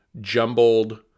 jumbled